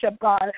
God